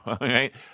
right